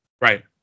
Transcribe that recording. Right